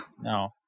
no